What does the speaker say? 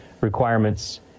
requirements